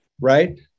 right